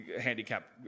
handicap